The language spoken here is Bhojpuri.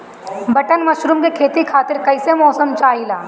बटन मशरूम के खेती खातिर कईसे मौसम चाहिला?